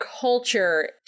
culture